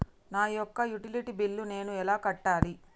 నా యొక్క utility bill నేను ఎలా కట్టాలి?